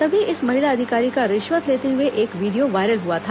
तभी इस महिला अधिकारी का रिश्वत लेते हुए एक वीडियो वायरल हुआ था